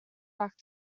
back